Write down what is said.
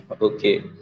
okay